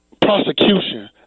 prosecution